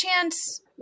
chance